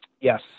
yes